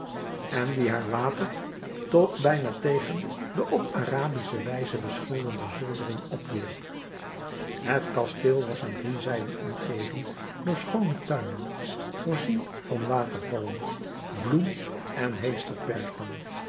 en die haar water tot bijna tegen de op arabische wijze beschilderde zoldering opwierp het kasteel was aan drie zijden omgeven door schoone tuinen voorzien van watervallen bloem en